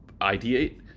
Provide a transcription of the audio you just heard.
ideate